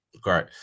Great